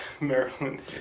Maryland